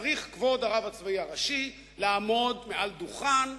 צריך כבוד הרב הצבאי הראשי לעמוד על דוכן,